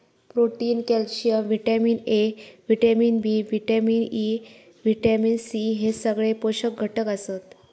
protein, calcium, vitamin A, vitamin B, vitamin E, vitamin C हे सगळे पोषक घटक आसत